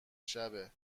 شبه